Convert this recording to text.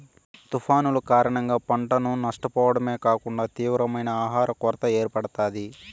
తుఫానులు కారణంగా పంటను నష్టపోవడమే కాకుండా తీవ్రమైన ఆహర కొరత ఏర్పడుతాది